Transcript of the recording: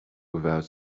without